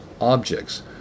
objects